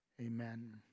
Amen